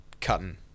cutting